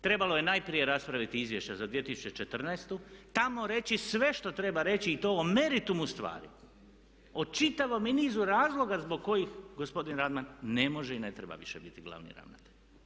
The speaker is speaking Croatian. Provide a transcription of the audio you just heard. Trebalo je najprije raspraviti Izvješće za 2014., tamo reći sve što treba reći i to o meritumu stvari, o čitavom nizu razloga zbog kojih gospodin Radman ne može i ne treba više biti glavni ravnatelj.